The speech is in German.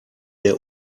der